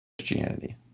christianity